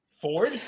ford